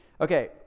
Okay